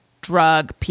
drug